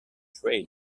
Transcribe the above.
trade